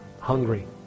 Hungry